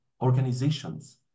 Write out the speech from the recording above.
organizations